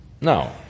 Now